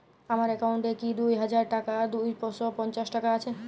আমার অ্যাকাউন্ট এ কি দুই হাজার দুই শ পঞ্চাশ টাকা আছে?